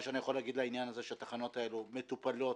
התחנות האלה מטופלות